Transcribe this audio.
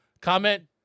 Comment